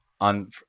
on